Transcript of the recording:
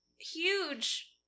huge